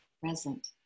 present